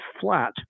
flat